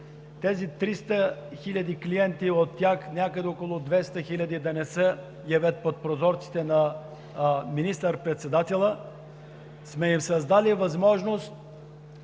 300 хиляди клиенти и от тях някъде около 200 хиляди да не се явят под прозорците на министър-председателя, и ние сме създали възможност